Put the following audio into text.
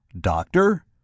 Doctor